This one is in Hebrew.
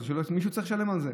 ומישהו צריך לשלם על זה.